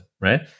right